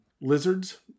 lizards